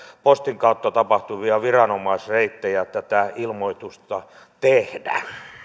postin kautta tapahtuvia viranomaisreittejä tätä ilmoitusta tehdä